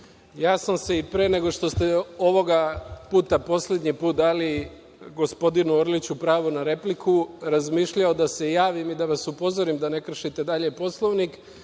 Ja sam se, i pre nego što ste poslednji put gospodinu Orliću dali pravo na repliku, razmišljao da se javim i da vas upozorim da ne kršite dalje Poslovnik,